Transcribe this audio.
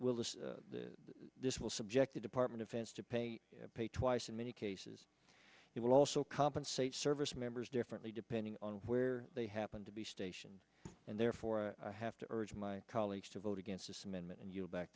will this will subject a department offense to pay pay twice in many cases it will also compensate service members differently depending on where they happen to be stationed and therefore i have to urge my colleagues to vote against this amendment and yield back